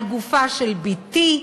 על גופה של בתי,